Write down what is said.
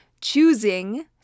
choosing